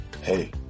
Hey